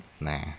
nah